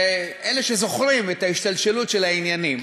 אלה שזוכרים את השתלשלות העניינים,